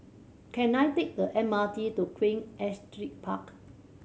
can I take the M R T to Queen Astrid Park